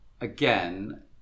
Again